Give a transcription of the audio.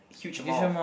huge amount of